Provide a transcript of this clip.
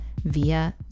via